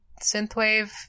synthwave